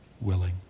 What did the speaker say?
willing